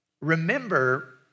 remember